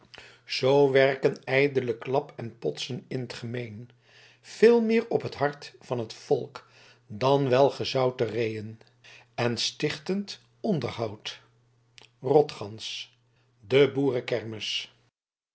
zoo werken ijdle klap en potsen in t gemeen veel meer op t hart van t volk dan welgezoute reên en stichtendt onderhoudt rotgans de